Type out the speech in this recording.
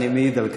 אני מעיד על כך.